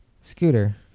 Scooter